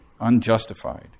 unjustified